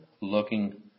looking